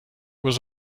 was